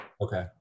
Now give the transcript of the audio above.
Okay